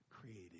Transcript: created